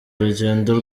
urugendo